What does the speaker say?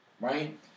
right